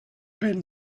been